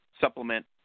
supplement